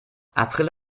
april